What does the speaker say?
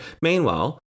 Meanwhile